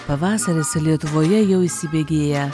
pavasaris lietuvoje jau įsibėgėja